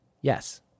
Yes